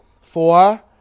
Four